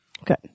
Okay